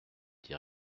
dit